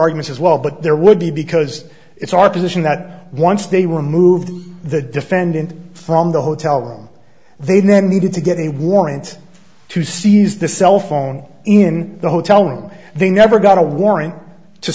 arguments as well but there would be because it's our position that once they removed the defendant from the hotel room they then needed to get a warrant to seize the cell phone in the hotel room they never got a warrant to